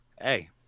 Hey